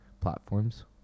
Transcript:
platforms